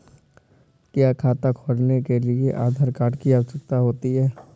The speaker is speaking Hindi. क्या खाता खोलने के लिए आधार कार्ड की आवश्यकता होती है?